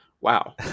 wow